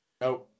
No